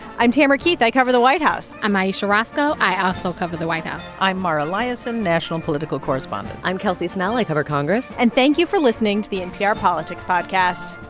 i'm tamara keith. i cover the white house i'm ayesha rascoe. i also cover the white house i'm mara liasson, national political correspondent i'm kelsey snell. i cover congress and thank you for listening to the npr politics podcast